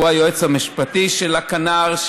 שהוא היועץ המשפטי של הכנ"ר,